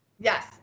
Yes